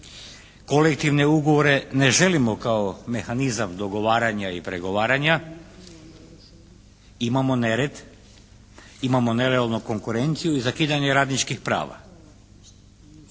Kolektivne ugovore ne želimo kao mehanizam dogovaranja i pregovaranja. Imamo nered, imamo nelojalnu konkurenciju i zakidanje radničkih prava